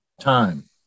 Time